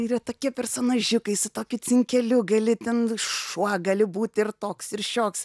yra tokie personažiukai su tokiu cinkeliu gali ten šuo gali būti ir toks ir šioks